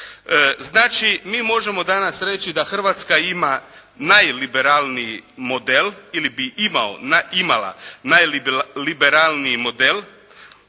Znači, mi možemo danas reći da Hrvatska ima najliberalniji model ili bi imala najliberalniji model,